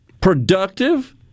productive